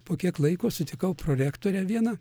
po kiek laiko sutikau prorektorę vieną